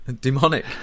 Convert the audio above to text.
demonic